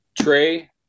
Trey